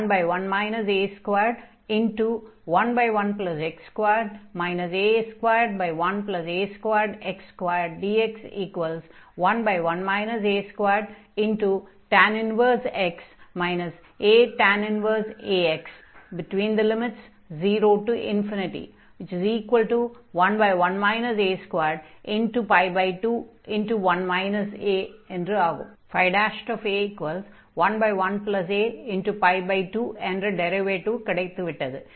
011 a211x2 a21a2x2dx11 a2tan 1x atan 1ax |011 a22 a11a2 என்ற derivative கிடைத்துவிட்டது